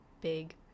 big